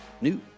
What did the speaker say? new